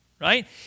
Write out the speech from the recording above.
right